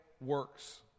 works